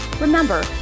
Remember